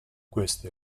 queste